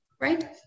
right